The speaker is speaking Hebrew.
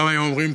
פעם היו אומרים: